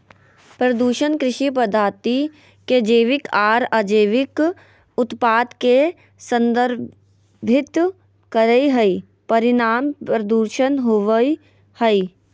प्रदूषण कृषि पद्धति के जैविक आर अजैविक उत्पाद के संदर्भित करई हई, परिणाम प्रदूषण होवई हई